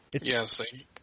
Yes